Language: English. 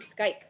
Skype